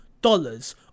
dollars